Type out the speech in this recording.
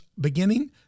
beginning